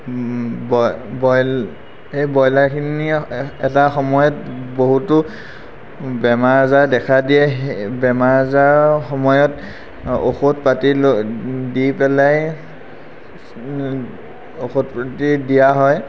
সেই ব্ৰইলাৰখিনি এটা সময়ত বহুতো বেমাৰ আজাৰ দেখা দিয়ে সেই বেমাৰ আজাৰৰ সময়ত ঔষধ পাতি লৈ দি পেলাই ঔষধ পাতি দিয়া হয়